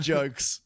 Jokes